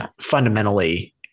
fundamentally-